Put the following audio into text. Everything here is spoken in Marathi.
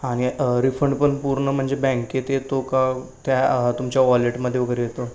आणि रिफंड पण पूर्ण म्हणजे बँकेत येतो का त्या तुमच्या वॉलेटमध्ये वगैरे येतो